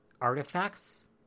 artifacts